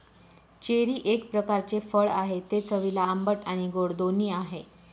cherry एक प्रकारचे फळ आहे, ते चवीला आंबट आणि गोड दोन्ही आहे